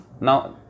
Now